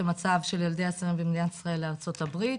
המצב של ילדי אסירים במדינת ישראל לארצות הברית.